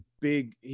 big